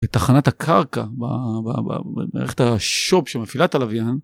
בתחנת הקרקע במערכת השופ שמפעילה את הלוויין.